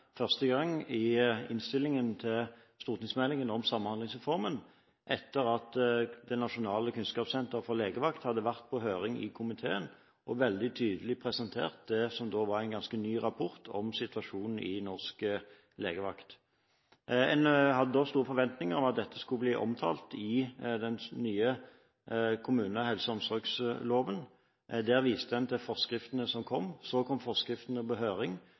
første gang i innstillingen til stortingsmeldingen om Samhandlingsreformen etter at Nasjonalt kunnskapssenter for helsetjenesten hadde vært på høring i komiteen og veldig tydelig presentert det som da var en ganske ny rapport om situasjonen i norsk legevakt. Man hadde da store forventninger om at dette skulle bli omtalt i den nye loven om kommunale helse- og omsorgstjenester. Der viste man til forskriftene som kom. Så kom forskriftene til høring,